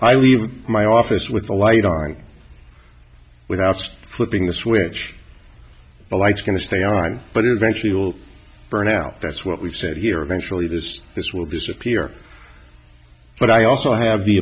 if i leave my office with the light on without flipping the switch the lights going to stay on but eventually it will burn out that's what we've said here eventually this this will disappear but i also have the